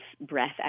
breath